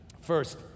First